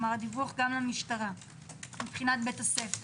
הדיווח גם למשטרה מבחינת בית הספר.